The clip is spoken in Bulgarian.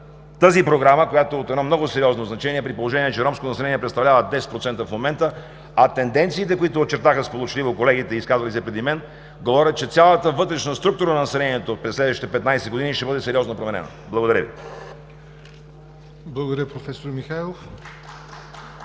тази Програма, която е от много сериозно значение, при положение че ромското население представлява 10% в момента? Тенденциите, които сполучливо очертаха колегите изказали се преди мен, говорят, че цялата вътрешна структура на населението през следващите 15 години ще бъде сериозно променено. Благодаря Ви. (Ръкопляскания от